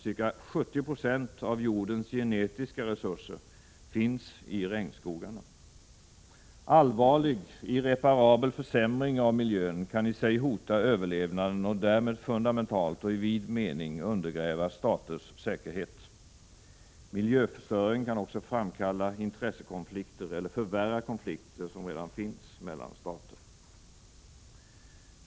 Ca 70 90 av jordens genetiska resurser finns i regnskogarna. Allvarlig, irreparabel försämring av miljön kan i sig hota överlevnaden och därmed fundamentalt och i vid mening undergräva staters säkerhet. Miljöförstöring kan också framkalla intressekonflikter eller förvärra konflikter som redan finns mellan stater.